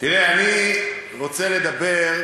ואז היית עומד פה